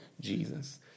Jesus